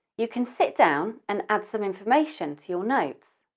you can sit down and add some information to your notes.